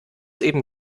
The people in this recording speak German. eben